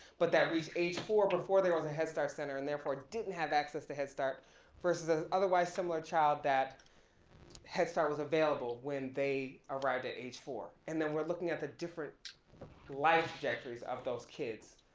but that reach age four before there was a headstart center and therefore didn't have access to headstart versus a otherwise similar child that headstart was available when they arrived at age four. and then we're looking at the different life trajectories of those kids